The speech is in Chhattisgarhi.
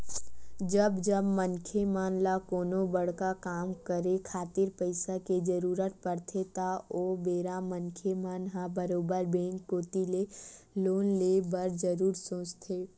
जब जब मनखे मन ल कोनो बड़का काम करे खातिर पइसा के जरुरत पड़थे त ओ बेरा मनखे मन ह बरोबर बेंक कोती ले लोन ले बर जरुर सोचथे